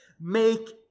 make